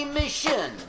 mission